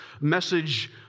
message